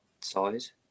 size